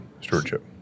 stewardship